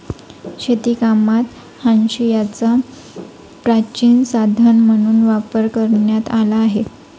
शेतीकामात हांशियाचा प्राचीन साधन म्हणून वापर करण्यात आला आहे